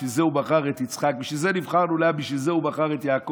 בשביל זה הוא בחר את יצחק,